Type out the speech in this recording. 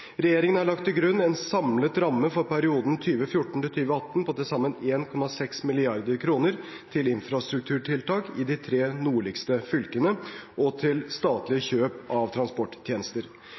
Regjeringen har lagt til grunn en samlet ramme for perioden 2014–2018 på til sammen 1,6 mrd. kr til infrastrukturtiltak i de tre nordligste fylkene og til statlige kjøp av transporttjenester.